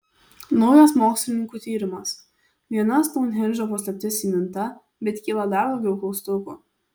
naujas mokslininkų tyrimas viena stounhendžo paslaptis įminta bet kyla dar daugiau klaustukų